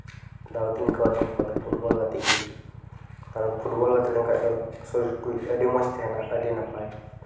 ᱫᱟᱣ ᱤᱧ ᱦᱟᱛᱟᱣᱟ ᱛᱮᱦᱮᱧ ᱜᱟᱯᱟ ᱫᱚ ᱯᱷᱩᱴᱵᱚᱞ ᱜᱟᱛᱮᱜ ᱜᱮ ᱯᱷᱩᱴᱵᱚᱞ ᱜᱟᱛᱮ ᱞᱮᱱᱠᱷᱟᱱ ᱫᱚ ᱥᱚᱨᱤᱨ ᱠᱚ ᱟᱹᱰᱤ ᱢᱚᱡᱽ ᱛᱟᱦᱮᱱᱟ ᱟᱹᱰᱤ ᱱᱟᱯᱟᱭ